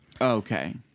Okay